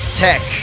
tech